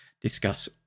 discuss